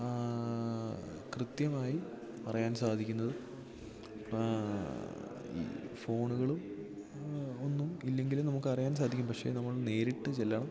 കൃത്യമായി അറിയാൻ സാധിക്കുന്നത് ഈ ഫോണുകളും ഒന്നും ഇല്ലെങ്കിലും നമുക്ക് അറിയാൻ സാധിക്കും പക്ഷേ നമ്മൾ നേരിട്ട് ചെല്ലണം